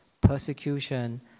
persecution